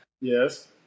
Yes